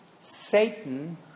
Satan